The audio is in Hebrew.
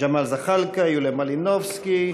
ג'מאל זחאלקה, יוליה מלינוסבקי,